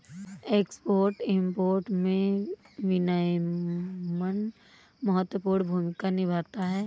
export import में विनियमन महत्वपूर्ण भूमिका निभाता है